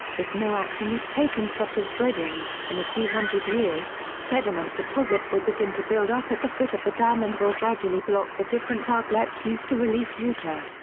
if no action is taken such as dredging, in a few hundred years, sediment deposits will begin to build up at the foot of the dam and will gradually block the different outlets used to release water.